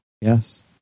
Yes